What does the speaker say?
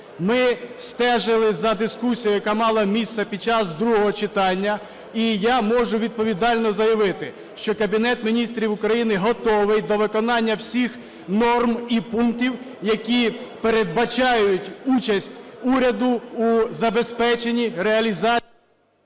Ми стежили за дискусією, яка мала місце під час другого читання, і я можу відповідально заявити, що Кабінет Міністрів України готовий до виконання всіх норм і пунктів, які передбачають участь уряду у забезпеченні… ГОЛОВУЮЧИЙ.